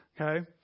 Okay